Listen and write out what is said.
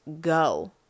go